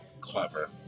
clever